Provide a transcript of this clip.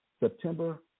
September